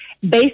based